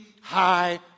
high